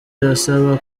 asaba